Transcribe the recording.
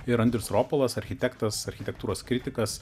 ir andrius ropolas architektas architektūros kritikas